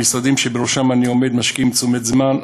המשרדים שבראשם אני עומד משקיעים תשומת זמן,